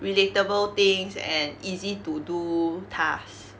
relatable things and easy to do tasks